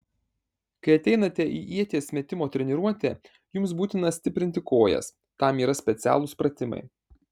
kai ateinate į ieties metimo treniruotę jums būtina stiprinti kojas tam yra specialūs pratimai